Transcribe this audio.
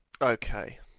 Okay